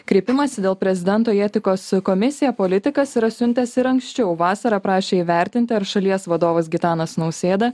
kreipimąsi dėl prezidento į etikos komisiją politikas yra siuntęs ir anksčiau vasarą prašė įvertinti ar šalies vadovas gitanas nausėda